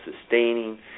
sustaining